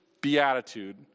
beatitude